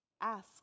ask